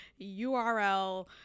URL